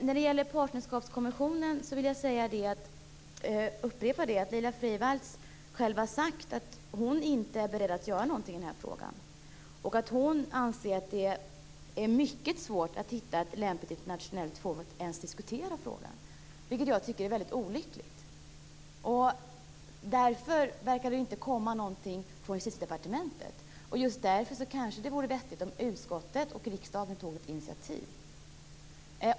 När det gäller Partnerskapskommissionen vill jag upprepa att Laila Freivalds själv har sagt att hon inte är beredd att göra något i denna fråga och att hon anser att det är mycket svårt att hitta ett lämpligt internationellt forum att ens diskutera frågan i, vilket jag tycker är mycket olyckligt. Därför verkar det inte komma något från Justitiedepartementet. Just därför kanske det vore vettigt om utskottet och riksdagen tog ett initiativ.